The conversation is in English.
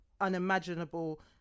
unimaginable